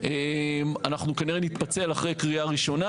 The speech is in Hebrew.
אנחנו כנראה נתפצל אחרי קריאה ראשונה,